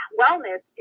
wellness